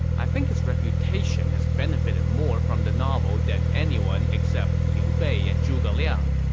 i think his reputation has benefited more from the novel than anyone except liu bei and zhuge liang.